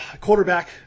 quarterback